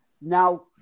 now